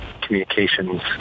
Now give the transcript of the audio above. communications